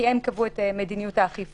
כי הם אלה שקבעו את מדיניות האכיפה.